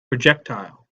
projectile